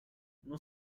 non